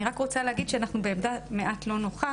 אני רק רוצה להגיד שאנחנו בעמדה מעט לא נוחה